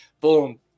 boom